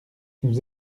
nous